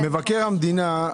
מבקר המדינה,